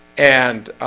and